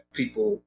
people